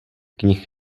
knih